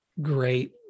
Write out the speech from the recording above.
Great